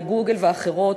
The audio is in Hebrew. "גוגל" ואחרות,